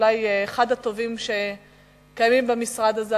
אולי אחד הטובים שקיימים במשרד הזה,